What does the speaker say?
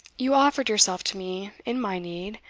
you offered yourself to me in my need,